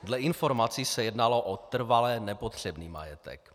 Dle informací se jednalo o trvale nepotřebný majetek.